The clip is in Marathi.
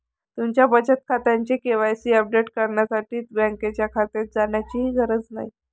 तुमच्या बचत खात्याचे के.वाय.सी अपडेट करण्यासाठी बँकेच्या शाखेत जाण्याचीही गरज नाही